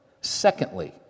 Secondly